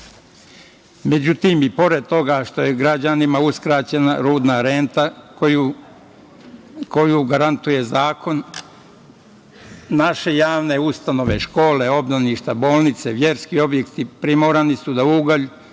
renta? Međutim, i pored toga što je građanima uskraćena rudna renta, koju garantuje zakon, naše javne ustanove, škole, obdaništa, bolnice, verski objekti su primorani da ugalj